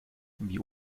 wie